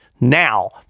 now